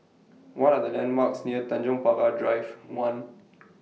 What Are The landmarks near Tanjong Pagar Drive one